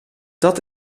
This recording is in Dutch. dat